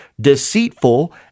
deceitful